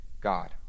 God